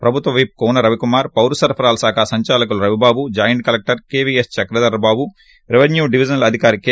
ప్రభుత్వ విప్ కూన రవికుమార్ పౌరసరఫరాల సంచాలకులు Ravibabu joint collector KVS Chakradhara Babu revenue divisional అధికారి కె